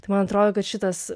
tai man atrodo kad šitas